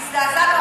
אז הזדעזענו,